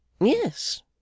Yes